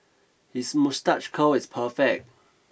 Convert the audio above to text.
his moustache curl is perfect